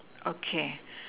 okay